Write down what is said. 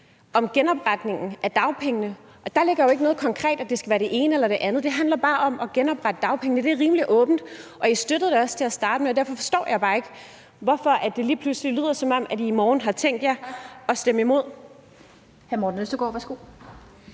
om genopretningen af dagpengene, for der ligger jo ikke noget konkret om, at det skal være det ene eller det andet; det handler bare om at genoprette dagpengene, så det er rimelig åbent. Og Radikale støttede det også til at starte med, og derfor forstår jeg bare ikke, hvorfor det lige pludselig lyder, som om I i morgen har tænkt jer at stemme imod.